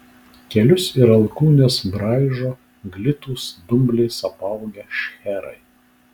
kelius ir alkūnes braižo glitūs dumbliais apaugę šcherai